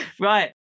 Right